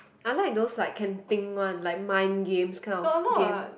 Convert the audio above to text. I like those like can think one like mind games kind of games